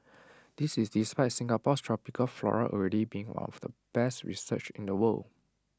this is despite Singapore's tropical flora already being one of the best researched in the world